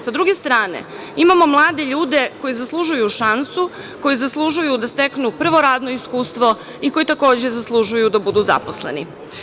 Sa druge strane, imamo mlade ljude koji zaslužuju šansu, koji zaslužuju da steknu prvo radno iskustvo i koji takođe zaslužuju da budu zaposleni.